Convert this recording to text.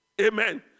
Amen